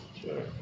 sure